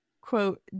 quote